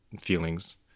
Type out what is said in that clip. feelings